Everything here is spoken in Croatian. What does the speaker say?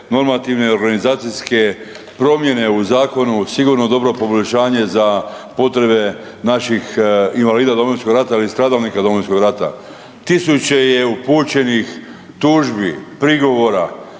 normativne organizacijske promjene u zakonu, sigurno dobro poboljšanje za potrebe naših invalida Domovinskog rata ali i stradalnika Domovinskog rata. Tisuće je upućenih tužbi, prigovora